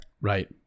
right